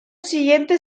siguiente